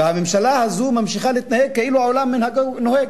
והממשלה הזאת ממשיכה להתנהג כאילו עולם כמנהגו נוהג,